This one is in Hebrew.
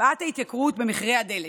הקפאת ההתייקרות במחירי הדלק: